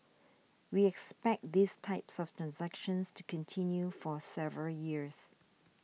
we expect these types of transactions to continue for several years